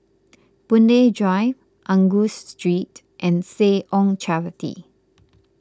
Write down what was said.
Boon Lay Drive Angus Street and Seh Ong Charity